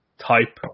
Type